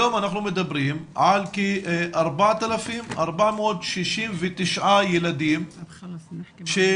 היום אנחנו מדברים על כ-4,469 ילדים שאינם